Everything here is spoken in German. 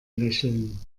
lächeln